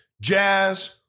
jazz